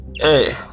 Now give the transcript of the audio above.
Hey